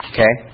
Okay